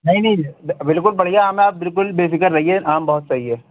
نہیں نہیں بالکل بڑھیا آم ہے آپ بالکل بے فکر رہیے آم بہت صحیح ہے